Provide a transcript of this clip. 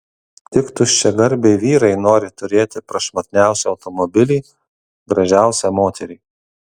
tik tuščiagarbiai vyrai nori turėti prašmatniausią automobilį gražiausią moterį